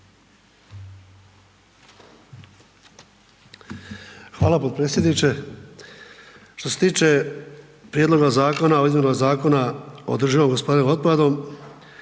Hvala potpredsjedniče. Što se tiče Prijedloga zakona o izmjenama